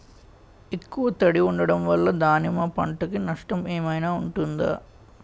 ఎక్కువ తడి ఉండడం వల్ల దానిమ్మ పంట కి నష్టం ఏమైనా ఉంటుందా?